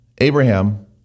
Abraham